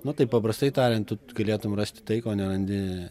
nu taip paprastai tariant tu galėtum rasti tai ko nerandi